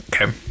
Okay